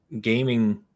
gaming